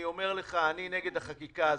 אני אומר לך: אני נגד החקיקה הזאת,